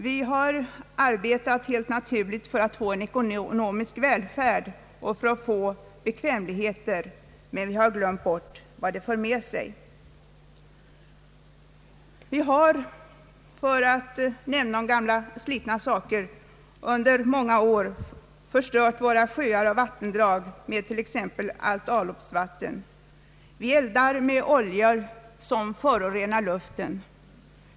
Vi har helt naturligt arbetat för ekonomisk välfärd och större bekvämlighet, men vi har glömt bort vad det för med sig. Vi har, för att nämna gamla slitna saker, under många år förstört våra sjöar och vattendrag med t.ex. avloppsvatten. Vi eldar med oljor, som förorenar luften.